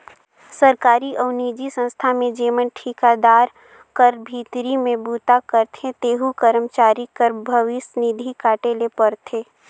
सरकारी अउ निजी संस्था में जेमन ठिकादार कर भीतरी में बूता करथे तेहू करमचारी कर भविस निधि काटे ले परथे